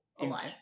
alive